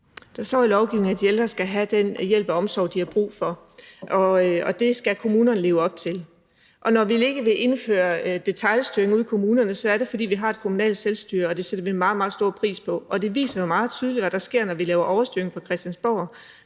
Der står i lovgivningen, at de ældre skal have den hjælp og omsorg, de har brug for, og det skal kommunerne leve op til. Når vi ikke vil indføre detailstyring ude i kommunerne, er det, fordi vi har et kommunalt selvstyre, og det sætter vi meget, meget stor pris på. Det viser sig meget tydeligt, hvad der sker, når vi laver overstyring fra Christiansborg,